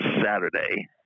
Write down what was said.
Saturday